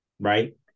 Right